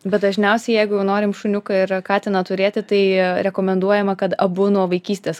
bet dažniausiai jeigu norim šuniuką ir katiną turėti tai rekomenduojama kad abu nuo vaikystės